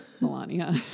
Melania